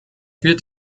wird